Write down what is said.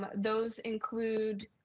those include